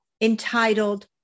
entitled